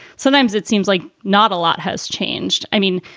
sometimes it seems like not a lot has changed. i mean,